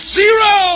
zero